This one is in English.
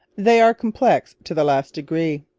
they are complex to the last degree.